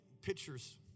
pictures